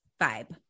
vibe